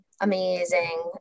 amazing